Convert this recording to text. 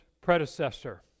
predecessor